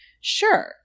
Sure